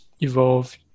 evolve